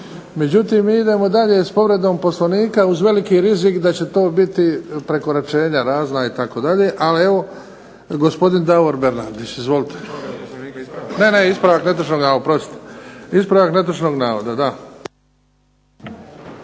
Međutim mi idemo dalje s povredom Poslovnika, uz veliki rizik da će to biti prekoračenja razna, itd., ali evo gospodin Davor Bernardić. Izvolite. Ispravak netočnog navoda,